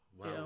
wow